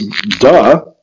Duh